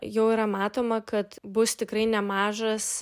jau yra matoma kad bus tikrai nemažas